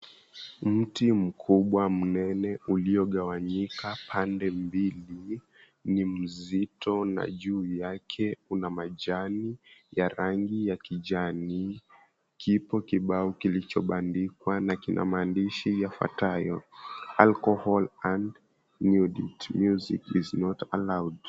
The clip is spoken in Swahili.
Mti mkubwa mnene uliogawanyika pande mbili ni mzito na juu yake kuna majani ya rangi ya kijani kipo kibao kilichobandikwa kina maandishi yafuatayo, Alcohol and nudity, music is not allowed.